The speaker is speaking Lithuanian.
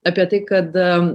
apie tai kad